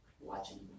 watching